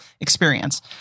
experience